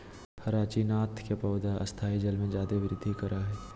hyacinth के पौधा स्थायी जल में जादे वृद्धि करा हइ